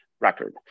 record